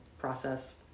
process